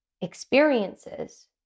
experiences